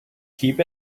keep